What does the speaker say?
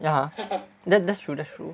ya that's that's true